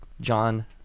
John